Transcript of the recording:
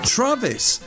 Travis